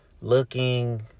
Looking